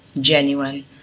genuine